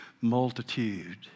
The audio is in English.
multitude